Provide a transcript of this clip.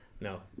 No